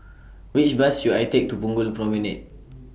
Which Bus should I Take to Punggol Promenade